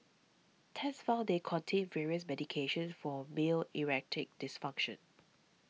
tests found they contained various medications for male erecting dysfunction